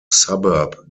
suburb